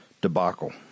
debacle